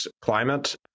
climate